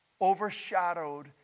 overshadowed